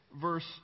verse